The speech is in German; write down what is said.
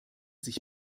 sich